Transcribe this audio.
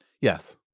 Yes